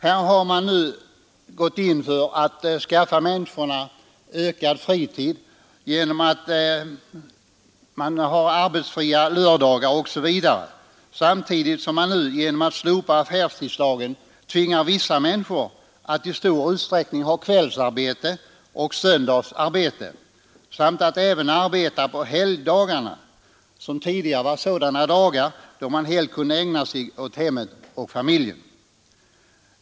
Här har man under senare tid gått in för att skaffa människorna ökad fritid genom arbetsfria lördagar m.m., samtidigt som man genom att slopa affärstidslagen tvingar vissa människor att i stor utsträckning ha kvällsarbete och söndagsarbete samt även arbeta på helgdagar, som tidigare var sådana dagar då man helt kunde ägna sig åt familjen.